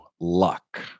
Luck